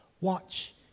watch